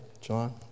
John